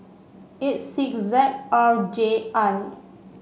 eight six Z R J I